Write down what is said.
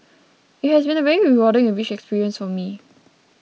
it has been a very rewarding and rich experience for me